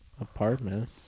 apartment